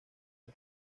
que